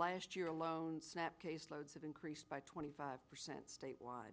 last year alone snap case loads of increased by twenty five percent statewide